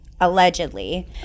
allegedly